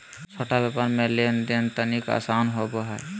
छोट व्यापार मे लेन देन तनिक आसान होवो हय